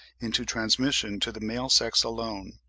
into transmission to the male sex alone.